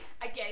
again